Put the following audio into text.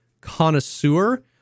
connoisseur